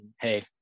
Hey